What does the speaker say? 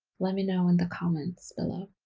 let me know in the comments below.